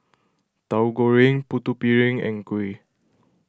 Tauhu Goreng Putu Piring and Kuih